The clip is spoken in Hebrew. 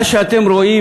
מה שאתם רואים,